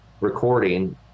recording